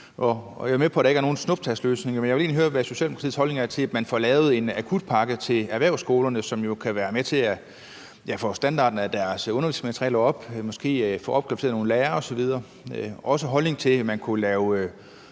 jeg er med på, at der ikke er nogen snuptagsløsninger. Men jeg ville egentlig høre, hvad Socialdemokratiets holdning er til, at man får lavet en akutpakke til erhvervsskolerne, som jo kan være med til at få standarden af deres undervisningsmateriale op og måske få opkvalificeret nogle lærere osv. Jeg vil også gerne høre,